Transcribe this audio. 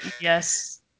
Yes